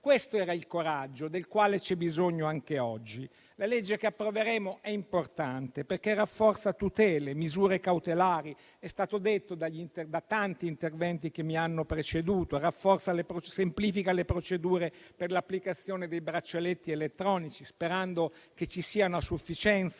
Questo era il coraggio del quale c'è bisogno anche oggi. La legge che approveremo è importante, perché rafforza tutele e misure cautelari - è stato detto da tanti interventi che mi hanno preceduto - semplifica le procedure per l'applicazione dei braccialetti elettronici, sperando che ci siano a sufficienza;